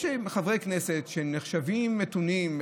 יש חברי כנסת שנחשבים מתונים,